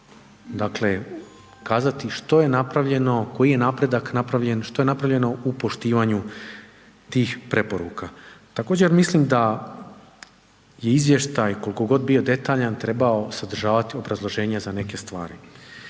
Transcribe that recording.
i kazati što je napravljeno, koji je napredak napravljeno, što je napravljeno u poštivanju tih preporuka. Također mislim da je izvještaj koliko god bio detaljan trebao sadržavati obrazloženja za neke stvari.